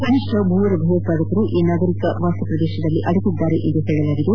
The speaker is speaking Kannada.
ಕನಿಷ್ಠ ಮೂವರು ಭಯೋತ್ಪಾದಕರು ಈ ನಾಗರಿಕ ವಾಸ ಪ್ರದೇಶದಲ್ಲಿ ಅಡಗಿದ್ದರೆಂದು ಹೇಳಲಾಗಿದೆ